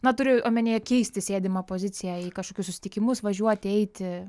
na turiu omenyje keisti sėdimą poziciją į kažkokius susitikimus važiuoti eiti